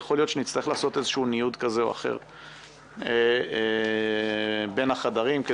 יכול להיות שנצטרך לעשות איזשהו ניוד כזה או אחר בין החדרים,